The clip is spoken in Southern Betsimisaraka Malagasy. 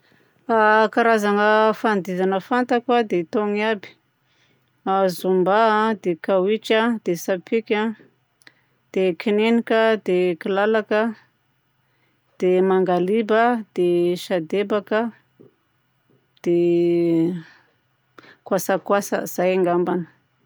Karazagna fandihizagna fantako dia itony aby: zumba a, dia kaoitry a, dia tsapika a, dia kininika, dia kilalaka, dia mangaliba, dia sadebaka, dia kwaskwasa. Zay ngambany!